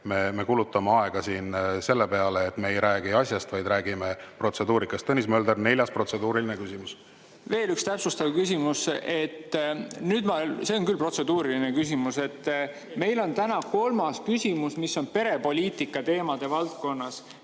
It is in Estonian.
me kulutame aega siin selle peale, et me ei räägi asjast, vaid räägime protseduurikast. Tõnis Mölder, neljas protseduuriline küsimus. Veel üks täpsustav küsimus. See on küll protseduuriline küsimus. Meil on täna kolmas küsimus perepoliitika, aga hea kolleeg